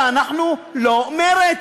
ואנחנו לא מרצ.